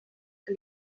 que